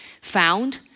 found